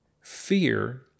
fear